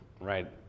right